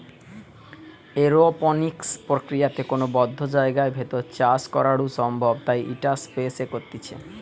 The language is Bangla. এরওপনিক্স প্রক্রিয়াতে কোনো বদ্ধ জায়গার ভেতর চাষ করাঢু সম্ভব তাই ইটা স্পেস এ করতিছে